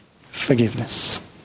forgiveness